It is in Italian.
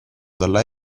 dalla